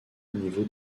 niveau